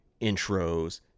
intros